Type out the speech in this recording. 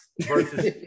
versus